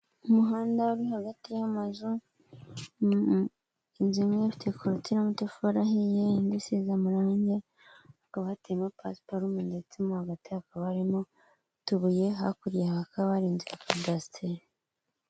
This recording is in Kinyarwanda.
Umuhanda uri hagati y'amazu inzu imwe ifite korutire y'amatafari ahiye, indi isize amarangi hakaba hateyemo pasiparume ndetse mo hagati hakabamo utubuye hakurya hakaba hari inzu ya kadasiteri.